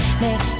Make